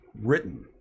written